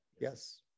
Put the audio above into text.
yes